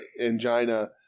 angina